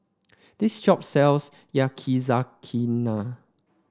this shop sells Yakizakana